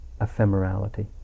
ephemerality